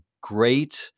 great